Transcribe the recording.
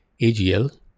AGL